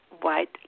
white